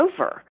over